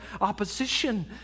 opposition